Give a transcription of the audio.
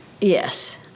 Yes